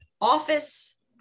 office